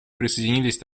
присоединились